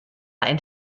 ein